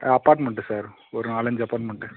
apartment sir ஒரு நாலஞ்சு apartment